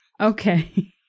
Okay